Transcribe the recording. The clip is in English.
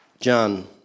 john